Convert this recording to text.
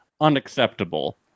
unacceptable